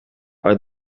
are